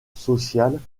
sociales